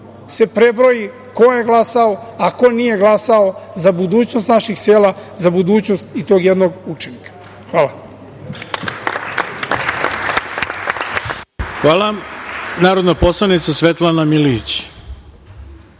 se prebroji ko je glasao, a ko nije glasao za budućnost naših sela, za budućnost i tog jednog učenika. Hvala. **Ivica Dačić** Hvala. Narodna poslanica Svetlana Milijić.